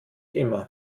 immer